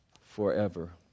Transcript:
forever